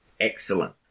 excellent